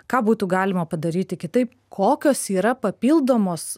ką būtų galima padaryti kitaip kokios yra papildomos